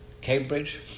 Cambridge